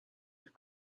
with